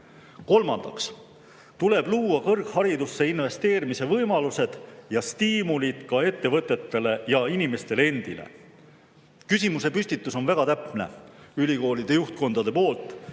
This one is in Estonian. tehtud. Kolmandaks tuleb luua kõrgharidusse investeerimise võimalused ja stiimulid ka ettevõtetele ja inimestele endile. Küsimuse püstitus ülikoolide juhtkondade poolt